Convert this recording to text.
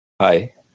Hi